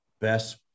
Best